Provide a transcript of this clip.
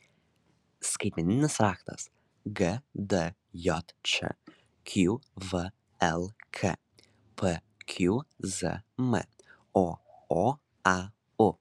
skaitmeninis raktas gdjč qvlk pqzm ooau